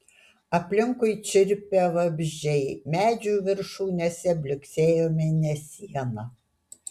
aplinkui čirpė vabzdžiai medžių viršūnėse blyksėjo mėnesiena